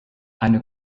eine